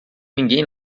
ninguém